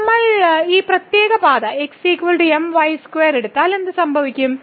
ഇപ്പോൾ നമ്മൾ ഈ പ്രത്യേക പാത എടുത്താൽ എന്ത് സംഭവിക്കും